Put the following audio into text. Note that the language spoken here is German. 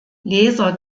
leser